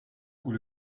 coup